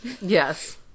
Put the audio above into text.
Yes